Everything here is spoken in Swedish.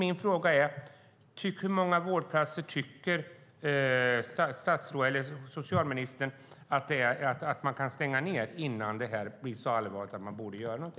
Min fråga är: Hur många vårdplatser tycker socialministern att man kan stänga innan läget blir så allvarligt att man borde göra något?